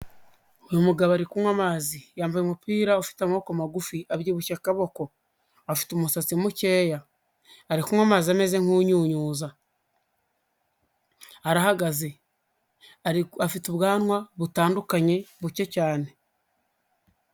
Uyu mugabo ari kunywa amazi, yambaye umupira ufite amaboko magufi, abyibushye akaboko, afite umusatsi mukeya, ari kunywa amazi ameze nk'unyunyuza, arahagaze, afite ubwanwa butandukanye, buke cyane.